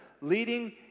Leading